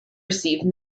receive